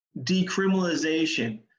decriminalization